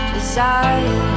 Desire